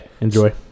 enjoy